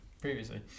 previously